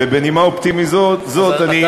ובנימה אופטימית זו אני,